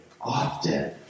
often